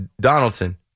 Donaldson